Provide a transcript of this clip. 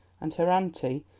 and her auntie,